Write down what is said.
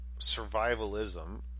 survivalism